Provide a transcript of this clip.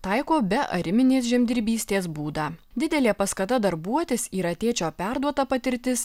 taiko beariminės žemdirbystės būdą didelė paskata darbuotis yra tėčio perduota patirtis